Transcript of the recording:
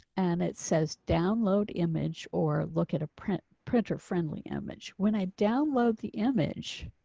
and it says download image or look at a print printer friendly image when i download the image.